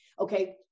Okay